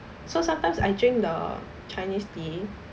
so sometimes I drink the chinese tea